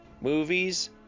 movies